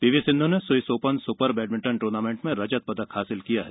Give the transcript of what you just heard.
P V Sindhu ने Swiss Open Super badminton tournament में रजत पदक हासिल किया है